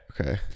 Okay